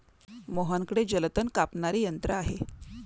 मोहनकडे जलतण कापणारे यंत्र आहे